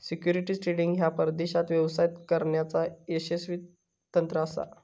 securities trading ह्या परदेशात व्यवसाय करण्याचा यशस्वी तंत्र असा